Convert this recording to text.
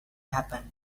happened